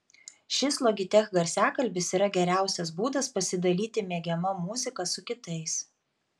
šis logitech garsiakalbis yra geriausias būdas pasidalyti mėgiama muzika su kitais